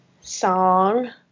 song